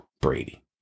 Brady